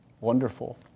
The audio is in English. wonderful